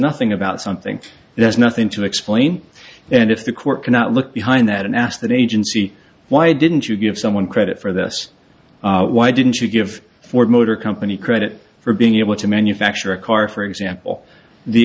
nothing about something that has nothing to explain and if the court cannot look behind that and ask that agency why didn't you give someone credit for this why didn't you give ford motor company credit for being able to manufacture a car for example the